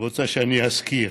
רוצה שאני אזכיר,